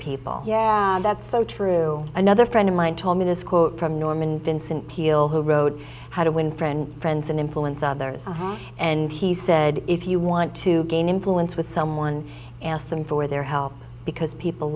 people yeah that's so true another friend of mine told me this quote from norman vincent peale who wrote how to win friends friends and influence others and he said if you want to gain influence with someone and ask them for their help because people